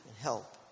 help